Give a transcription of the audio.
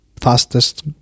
fastest